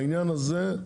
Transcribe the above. בעניין הזה,